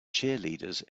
cheerleaders